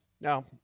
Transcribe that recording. Now